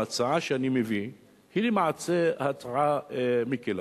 ההצעה שאני מביא היא למעשה הצעה מקלה.